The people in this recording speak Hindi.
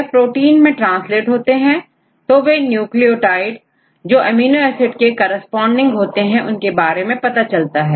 यह प्रोटीन में ट्रांसलेट होते हैं तो वे न्यूक्लियोटाइड जो एमिनो एसिड के corresponding होते हैं इनके बारे में पता चलता है